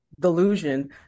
delusion